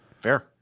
Fair